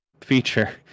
feature